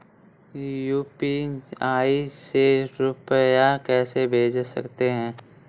UPI से रुपया कैसे भेज सकते हैं?